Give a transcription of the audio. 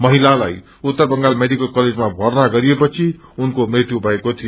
महितालाई Uttar Bengal medical कलेजमाभना गरिएपछि उनको मृत्यु भएको थियो